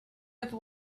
have